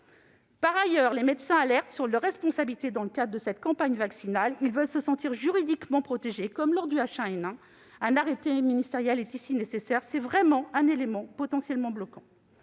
Par ailleurs, les médecins lancent l'alerte sur leur responsabilité dans le cadre de cette campagne vaccinale : ils veulent se sentir juridiquement protégés, comme pour le H1N1. Un arrêté ministériel est ici nécessaire ; c'est vraiment un élément potentiellement bloquant